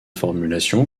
formulation